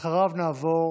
אחריו נעבור